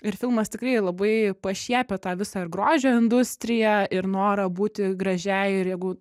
ir filmas tikrai labai pašiepia tą visą ir grožio industriją ir norą būti gražiai ir jeigu